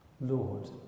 Lord